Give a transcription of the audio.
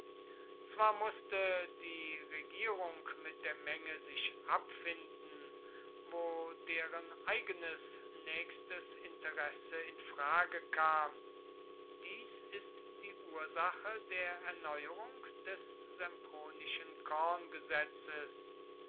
zwar mußte die regierung mit der menge sich abfinden wo deren eigenes nächstes interesse in frage kam dies ist die ursache der erneuerung des sempronischen